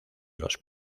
los